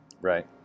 Right